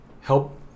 help